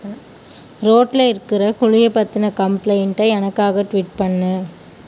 ரோட்டில் இருக்கிற குழியை பத்தின கம்ப்ளைண்ட்டை எனக்காக ட்வீட் பண்ணு